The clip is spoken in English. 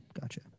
Gotcha